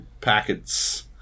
packets